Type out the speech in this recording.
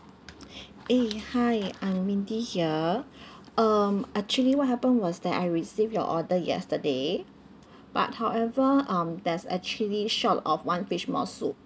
eh hi I'm mindy here um actually what happened was that I received your order yesterday but however um there's actually short of one fish maw soup